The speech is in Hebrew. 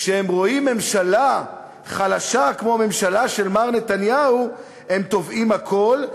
כשהם רואים ממשלה חלשה כמו הממשלה של מר נתניהו הם תובעים הכול,